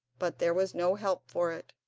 but there was no help for it,